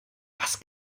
was